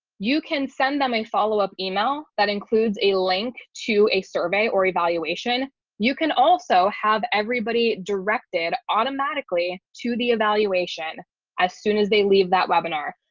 you can send them a follow up email that includes a link to a survey or evaluation. and you can also have everybody directed automatically to the evaluation as soon as they leave that webinar.